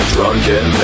Drunken